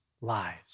lives